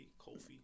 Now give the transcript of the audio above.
Kofi